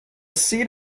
seat